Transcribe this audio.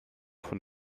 von